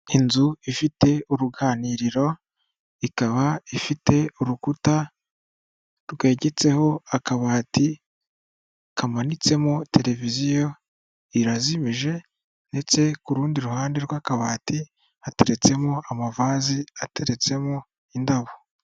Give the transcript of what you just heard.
Inzu ifite uruganiriro, ikaba ifite urukuta rwegetseho akabati kamanitsemo televiziyo irazimije, ndetse ku rundi ruhande rw'akabati hateretsemo amavazi ateretsemo indabo.